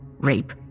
Rape